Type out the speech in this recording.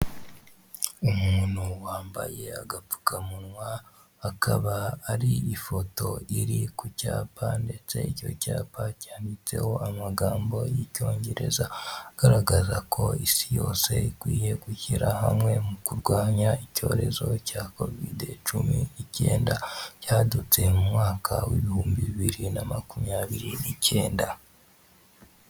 Umuntu wambaye agapfukamunwa akaba ari ifoto iri ku cyapa, ndetse icyo cyapa cyanditseho amagambo y'icyongereza agaragaza ko isi yose ikwiye gushyira hamwe mu kurwanya icyorezo cya kovide cumi icyenda, cyadutse mu mwaka w'ibihumbi bibiri na makumyabiri ni icyenda.